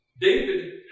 David